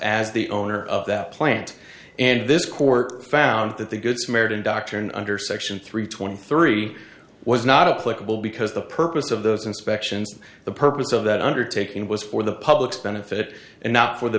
as the owner of that plant and this court found that the good samaritan doctrine under section three twenty three was not a political because the purpose of those inspections the purpose of that undertaking was for the public's benefit and not for the